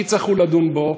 יצטרכו לדון בו,